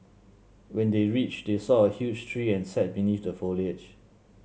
when they reached they saw a huge tree and sat beneath the foliage